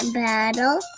battle